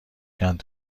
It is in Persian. چند